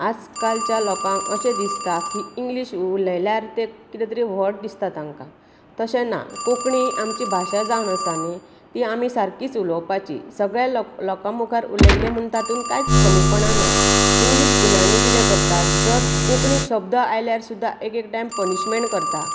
आज कालच्या लोकांक अशें दिसता की इंग्लीश उलयल्यार कितें तरी व्हड दिसता तांका तशें ना कोंकणी आमची भाशा जावन आसा न्ही ती आमी सारकीच उलोवपाची सगळ्या लोकां मुखार उलयलें म्हणून तातूंत कांयच कमीपणां ना इंग्लीश स्कुलांनी कितें करतात जर कोंकणी शब्द आयल्यार सुद्दां एक एक टायम पनीशमेंट करता